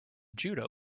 judo